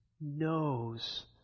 knows